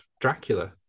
Dracula